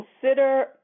consider